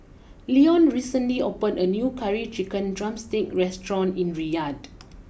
Leone recently opened a new Curry Chicken Drumstick restaurant in Riyadh